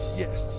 yes